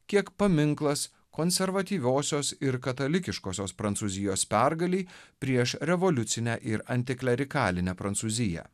kiek paminklas konservatyviosios ir katalikiškosios prancūzijos pergalei prieš revoliucinę ir antiklerikalinę prancūziją